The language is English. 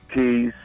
keys